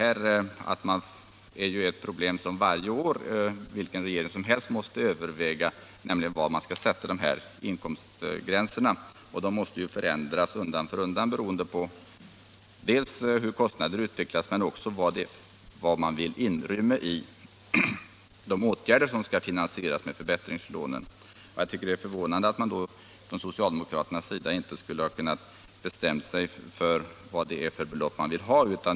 Problemet återkommer varje år, och regeringen måste varje år överväga var inkomstgränserna skall sättas. De måste ändras undan för undan beroende på dels kostnadsutvecklingen, dels vad man vill inrymma i de åtgärder som skall finansieras med förbättringslånen. Det är förvånande att socialdemokraterna inte har kunnat bestämma sig för vilka belopp de vill ha.